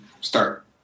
start